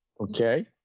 Okay